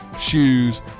shoes